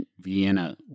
Vienna